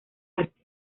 arte